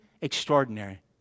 extraordinary